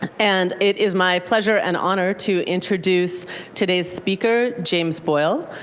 and it is my pleasure and honor to introduce today's speaker, james boyle.